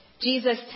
Jesus